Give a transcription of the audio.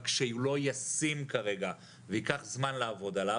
רק שהוא לא ישים כרגע וייקח זמן לעבוד עליו,